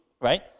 right